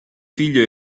figlio